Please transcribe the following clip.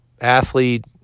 athlete